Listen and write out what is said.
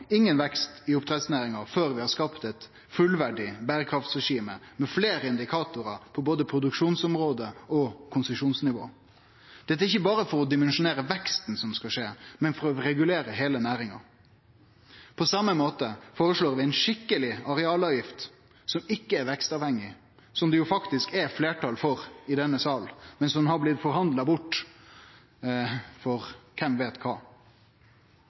ingen vekst i oppdrettsnæringa før vi har skapt eit fullverdig berekraftsregime med fleire indikatorar på både produksjonsområde og konsesjonsnivå. Det er ikkje berre for å dimensjonere veksten som skal skje, men for å regulere heile næringa. På same måte føreslår vi ei skikkeleg arealavgift, som ikkje er vekstavhengig – som det jo faktisk er fleirtal for i denne salen, men som har blitt forhandla bort for kven veit kva.